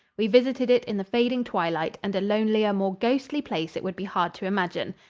we visited it in the fading twilight, and a lonelier, more ghostly place it would be hard to imagine.